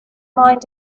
mind